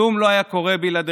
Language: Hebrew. כלום לא היה קורה בלעדיכם.